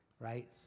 right